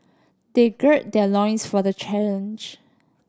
they gird their loins for the challenge